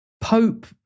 Pope